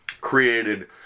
created